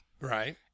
Right